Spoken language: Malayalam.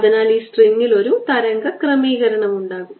അതിനാൽ ഈ സ്ട്രിംഗിൽ ഒരു തരംഗ ക്രമീകരണം ഉണ്ടാകും